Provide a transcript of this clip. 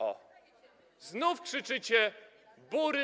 O, znów krzyczycie: Bury!